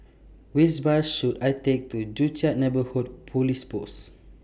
Which Bus should I Take to Joo Chiat Neighbourhood Police Post